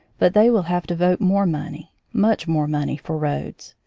but they will have to vote more money, much more money, for roads.